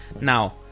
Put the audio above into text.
Now